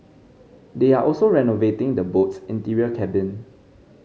they are also renovating the boat's interior cabin